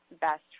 best